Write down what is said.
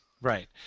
Right